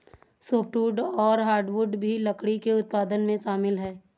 softwood और hardwood भी लकड़ी के उत्पादन में शामिल है